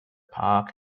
park